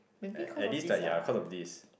at at least like ya cause of this